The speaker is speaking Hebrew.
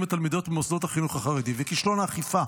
ותלמידות במוסדות החינוך החרדי וכישלון האכיפה